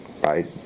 right